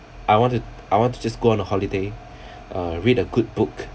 I want to I want to just go on a holiday uh read a good book